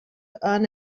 earn